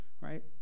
right